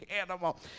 animal